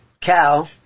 cow